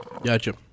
Gotcha